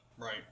Right